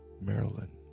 Maryland